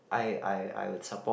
I I I would support